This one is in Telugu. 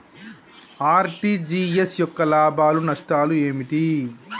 ఆర్.టి.జి.ఎస్ యొక్క లాభాలు నష్టాలు ఏమిటి?